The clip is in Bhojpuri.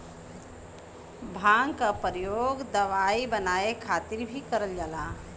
भांग क परयोग दवाई बनाये खातिर भीं करल जाला